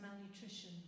malnutrition